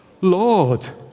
Lord